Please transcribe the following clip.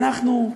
אנחנו,